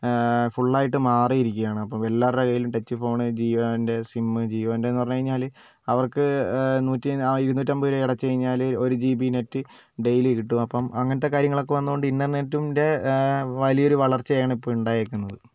full ആയിട്ട് മാറി ഇരിക്കുകയാണ് അപ്പം എല്ലാവരുടെ കയ്യിലും ടച്ച് ഫോൺ ജിയോൻ്റെ സിം ജിയോൻ്റെ എന്ന് പറഞ്ഞുകഴിഞ്ഞാഎൽ അവർക്ക് നൂറ്റി ഇരുന്നൂറ്റമ്പത് അടച്ചുകഴിഞ്ഞാൽ ഒരു ജി ബി നെറ്റ് ഡെയിലി കിട്ടും അപ്പം അങ്ങനത്തെ കാര്യങ്ങളൊക്കെ വന്നതുകൊണ്ട് ഇന്റർനെറ്റിൻ്റെ വലിയൊരു വളർച്ച ആണ് ഇപ്പോൾ ഉണ്ടായിരിക്കുന്നത്